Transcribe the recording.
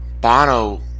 Bono